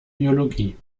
biologie